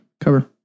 Cover